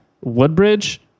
Woodbridge